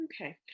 okay